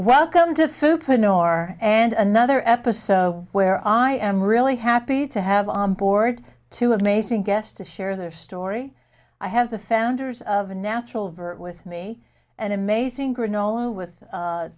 welcome to fukin no r and another episode where i am really happy to have on board to amazing guests to share their story i have the founders of a natural vert with me an amazing granola with